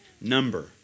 number